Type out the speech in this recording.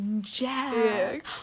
Jack